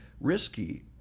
risky